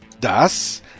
Das